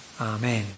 Amen